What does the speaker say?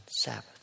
Sabbath